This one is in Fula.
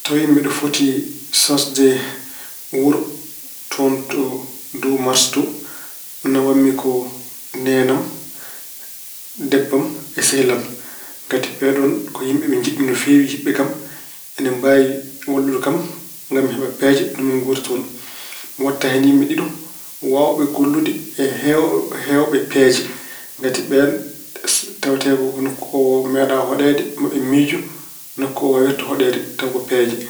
Tawi mbeɗa foti sosde wuro toon to dow Mars to, nawam-mi ko neene am, debbo am e sehil am. Ngati ɓeeɗoon ko yimɓe ɓe njiɗ-mi no feewi, yiɗɓe kam. Ina mbaawi wallude kam ngam, mi heɓa peeje no miin nguurdi toon. Mi waɗta hen yimɓe ɗiɗo waawɓe gollude, heewɓe peeje. Ngati ɓeen tawetee ko nokku oo meeɗaa hoɗeede, maa ɓe miijo nokku oo waawirta hoɗeede tawa ko peeje.